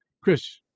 Chris